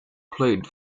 played